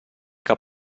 que